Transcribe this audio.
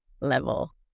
level